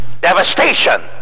Devastation